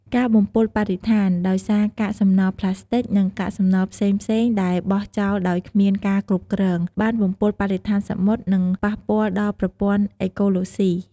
ការបំពុលបរិស្ថាន ដោយសារកាកសំណល់ប្លាស្ទិក និងកាកសំណល់ផ្សេងៗដែលបោះចោលដោយគ្មានការគ្រប់គ្រង បានបំពុលបរិស្ថានសមុទ្រ និងប៉ះពាល់ដល់ប្រព័ន្ធអេកូឡូស៊ី។